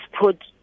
put